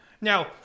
Now-